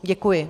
Děkuji.